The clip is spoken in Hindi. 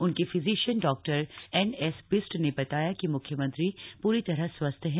उनके फिजीशियन डॉ एनएस बिष्ट ने बताया कि मुख्यमंत्री पूरी तरह स्वस्थ हैं